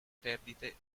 perdite